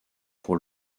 pour